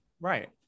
right